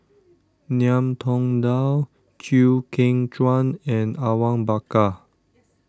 Ngiam Tong Dow Chew Kheng Chuan and Awang Bakar